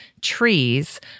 trees